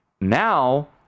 Now